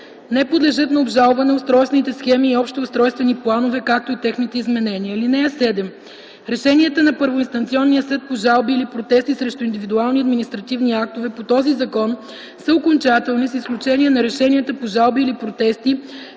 Не подлежат на обжалване устройствените схеми и общите устройствени планове, както и техните изменения. (7) Решенията на първоинстанционния съд по жалби или протести срещу индивидуални административни актове по този закон са окончателни с изключение на решенията по жалби или протести